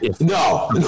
no